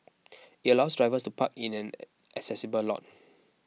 it allows drivers to park in an accessible lot